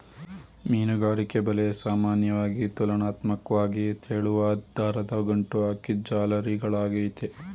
ಮೀನುಗಾರಿಕೆ ಬಲೆ ಸಾಮಾನ್ಯವಾಗಿ ತುಲನಾತ್ಮಕ್ವಾಗಿ ತೆಳುವಾದ್ ದಾರನ ಗಂಟು ಹಾಕಿದ್ ಜಾಲರಿಗಳಾಗಯ್ತೆ